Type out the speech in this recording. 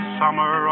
summer